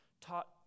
taught